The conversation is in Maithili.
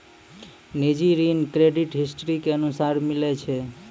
निजी ऋण क्रेडिट हिस्ट्री के अनुसार मिलै छै